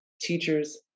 teachers